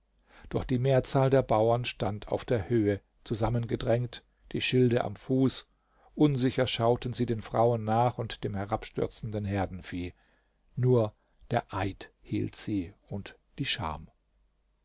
doch die mehrzahl der bauern stand auf der höhe zusammengedrängt die schilde am fuß unsicher schauten sie den frauen nach und dem herabstürzenden herdenvieh nur der eid hielt sie und die scham